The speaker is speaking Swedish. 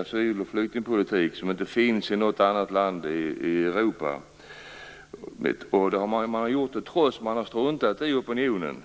asyloch flyktingpolitik som är helt unik och inte finns i något annat land i Europa. Detta har man gjort på trots mot opinionen.